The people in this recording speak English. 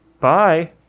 Bye